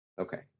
Okay